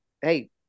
hey